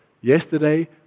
Yesterday